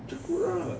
jackfruit ah